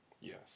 Yes